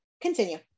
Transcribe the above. continue